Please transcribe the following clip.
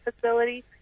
facility